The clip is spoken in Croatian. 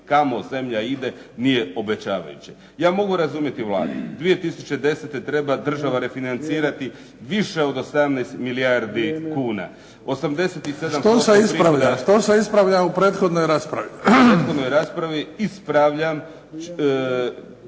kamo zemlja ide nije obećavajuće. Ja mogu razumjeti Vladu, 2010. treba država refinancirati više od 18 milijardi kuna. 87%... **Bebić, Luka (HDZ)** Što se ispravlja u prethodnoj raspravi? **Kajin,